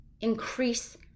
increase